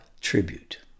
tribute